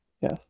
yes